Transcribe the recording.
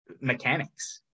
mechanics